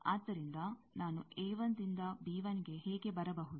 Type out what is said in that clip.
ಆದ್ದರಿಂದ ನಾನು ದಿಂದ ಗೆ ಹೇಗೆ ಬರಬಹುದು